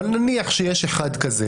אבל נניח שיש אחד כזה